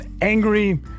angry